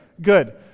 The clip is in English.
good